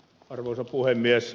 arvoisa puhemies